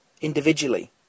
individually